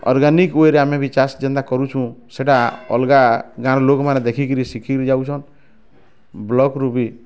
organic ୱେ'ରେ ଆମେ ବି ଚାଷ ଯେନ୍ତା କରୁଛୁଁ ସେଟା ଅଲଗା ଗାଁର ଲୋକମାନେ ଦେଖି କରି ଶିଖିଯାଉଛନ ବ୍ଲକରୁ ବି